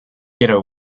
ghetto